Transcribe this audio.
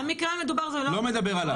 לא מדבר עליו.